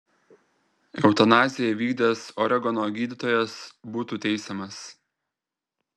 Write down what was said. eutanaziją įvykdęs oregono gydytojas būtų teisiamas